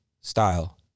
style